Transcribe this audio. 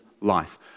Life